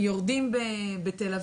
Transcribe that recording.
יורדים בתל אביב,